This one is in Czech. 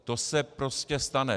To se prostě stane.